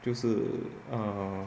就是 err